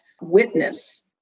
witness